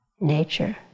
nature